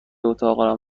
اتاق